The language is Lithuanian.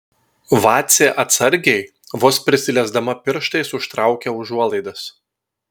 vacė atsargiai vos prisiliesdama pirštais užtraukia užuolaidas